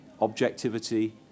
objectivity